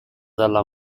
dalla